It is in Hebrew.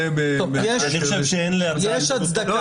--- אני חושב שאין לזה זכות דמוקרטית.